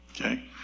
Okay